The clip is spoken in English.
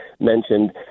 mentioned